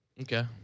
Okay